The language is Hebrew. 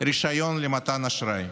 רישיון למתן אשראי.